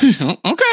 Okay